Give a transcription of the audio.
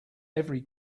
every